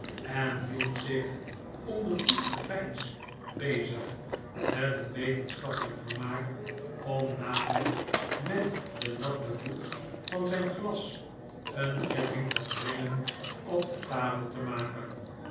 en hield zich onder diep gepeins bezig met een wetenschappelijk vermaak om namelijk met den natten voet van zijn glas een ketting van kringen op de tafel te maken